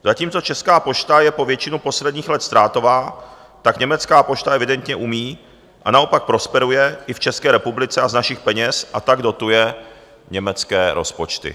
Zatímco Česká pošta je po většinu posledních let ztrátová, tak Německá pošta to evidentní umí a naopak prosperuje v České republice a z našich peněz tak dotuje německé rozpočty.